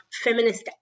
feminist